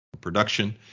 production